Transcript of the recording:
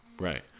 Right